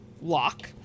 lock